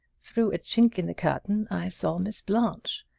through a chink in the curtain i saw miss blanche.